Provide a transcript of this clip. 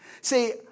See